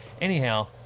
anyhow